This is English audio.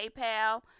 PayPal